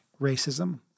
racism